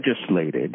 legislated